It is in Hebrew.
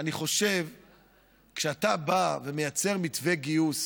אני חושב שכשאתה בא ומייצר מתווה גיוס